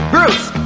Bruce